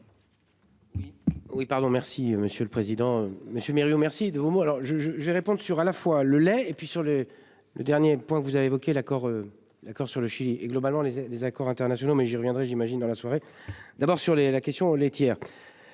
oui pardon. Merci monsieur le président, Monsieur Merieux, merci de vos mots alors je je j'ai répondu sur à la fois le lait et puis sur le, le dernier point, vous avez évoqué l'accord. D'accord sur le Chili et globalement les les accords internationaux mais j'y reviendrai j'imagine dans la soirée. D'abord sur les la question les tiers.